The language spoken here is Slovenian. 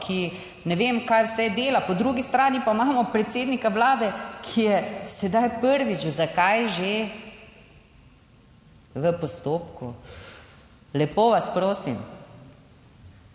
ki ne vem kaj vse dela, po drugi strani pa imamo predsednika Vlade, ki je sedaj prvič - zakaj že - v postopku. Lepo vas prosim.